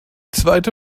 zweite